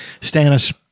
Stannis